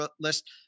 list